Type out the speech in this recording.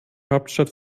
hauptstadt